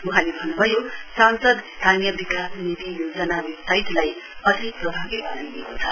वहाँले भन्नुभयो सांसद स्थानीय विकास निधि योजना वेवसाइटलाई अधिक प्रभावी बनाइएको छ